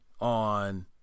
on